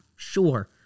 Sure